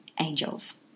angels